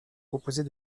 composés